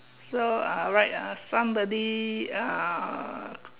so uh right uh somebody uh